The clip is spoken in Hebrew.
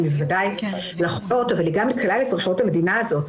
בוודאי ל- -- אבל היא גם לכלל אזרחיות המדינה הזאת,